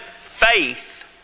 faith